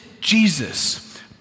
Jesus